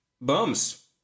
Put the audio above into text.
bums